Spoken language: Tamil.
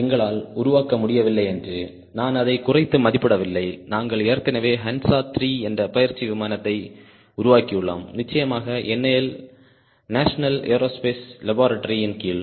எங்களால் உருவாக்க முடியவில்லை என்று நான் அதை குறைத்து மதிப்பிடவில்லை நாங்கள் ஏற்கனவே ஹன்சா 3 என்ற பயிற்சி விமானத்தை உருவாக்கியுள்ளோம் நிச்சயமாக NAL நேஷனல் ஏரோஸ்பெஸ் லபோரட்டரி இன் கீழ்